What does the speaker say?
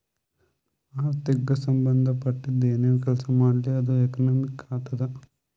ಆರ್ಥಿಕಗ್ ಸಂಭಂದ ಪಟ್ಟಿದ್ದು ಏನೇ ಕೆಲಸಾ ಮಾಡ್ಲಿ ಅದು ಎಕನಾಮಿಕ್ ಆತ್ತುದ್